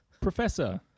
Professor